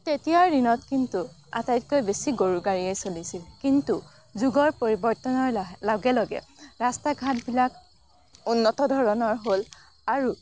তেতিয়াৰ দিনত কিন্তু আটাইতকৈ বেছি গৰুগাড়ীয়েই চলিছিল কিন্তু যুগৰ পৰিৱৰ্তনৰ লহে লগে লগে ৰাস্তা ঘাটবিলাক উন্নত ধৰণৰ হ'ল আৰু